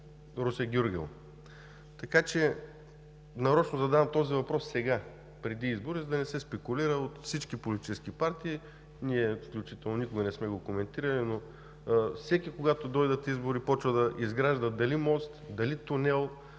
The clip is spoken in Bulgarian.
Русе – Гюргево. Нарочно задавам този въпрос сега – преди изборите, за да не се спекулира от всички политически партии. Ние никога не сме го коментирали, но когато дойдат избори, всеки започва да изгражда дали мост, дали тунел,